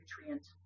nutrient